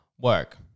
Work